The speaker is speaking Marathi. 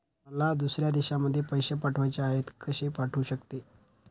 मला दुसऱ्या देशामध्ये पैसे पाठवायचे आहेत कसे पाठवू शकते?